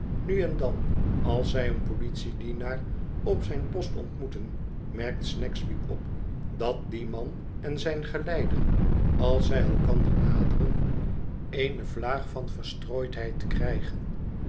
nu en dan als zij een politiedienaar op zijn post ontmoeten merkt snagsby op dat die man en zijn geleider als zij elkander naderen eene vlaag van verstrooidheid krijgen